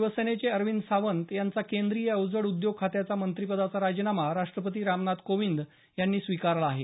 शिवसेनेचे अरविंद सावंत यांचा केंद्रीय अवजड उद्योग खात्याच्या मंत्रिपदाचा राजीनामा राष्टपती रामनाथ कोविंद यांनी स्वीकारला आहे